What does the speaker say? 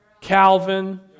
Calvin